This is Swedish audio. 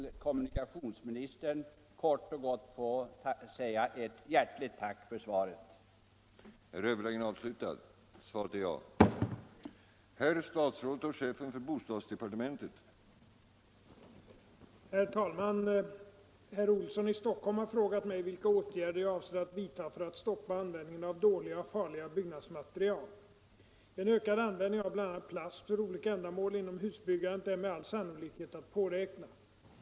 Jag ber att till kommunikationsministern kort och gott få framföra ett hjärtligt tack för svaret på min fråga.